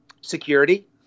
Security